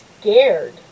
scared